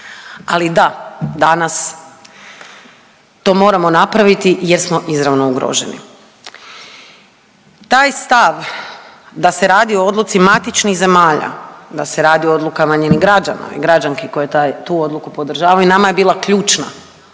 ali da danas to moramo napraviti jer smo izravno ugroženi. Taj stav da se radi o odluci matičnih zemalja, da se radi o odlukama njenih građana i građanki koji tu odluku podržavaju i nama je bila ključna